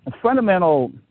fundamental